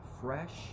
fresh